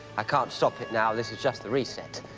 i can't stop it now. this is just the reset.